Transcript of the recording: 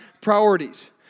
priorities